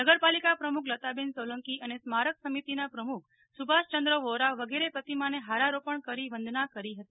નગરપાલિકા પ્રમુખ લતાબેન સોલંકી અને સ્મારક સમિતિનાં પ્રમુખ સુભાષચંદ્ર વોરા વગેરે પ્રતિમાને હારારોપણ કરી વંદના કરી હતી